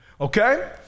okay